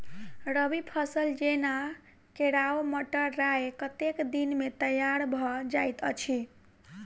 रबी फसल जेना केराव, मटर, राय कतेक दिन मे तैयार भँ जाइत अछि?